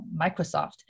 Microsoft